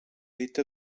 lite